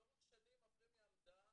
לאורך שנים הפרמיה עמדה